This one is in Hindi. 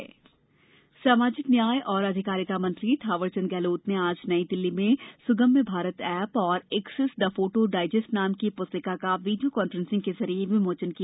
सामाजिक न्याय एप सामाजिक न्याय और अधिकारिता मंत्री थावरचंद गहलोत ने आज नई दिल्ली में स्गम्य भारत एप और एक्सेस द फोटो डाइजेस्ट नाम की प्स्तिका का विडियो कॉन्फ्रेंसिंग के जरिए विमोचन किया